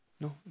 No